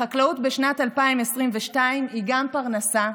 החקלאות בשנת 2022 היא גם פרנסה,